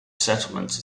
settlements